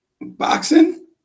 Boxing